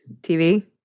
TV